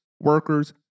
workers